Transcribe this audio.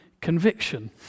conviction